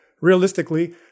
realistically